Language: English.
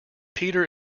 peter